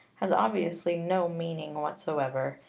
has obviously no meaning whatsoever.